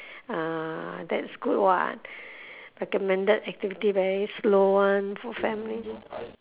ah that's good [what] recommended activity very slow [one] for family